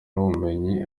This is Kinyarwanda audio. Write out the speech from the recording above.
n’ubumenyi